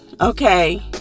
okay